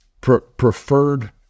preferred